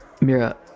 Mira